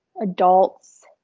adult's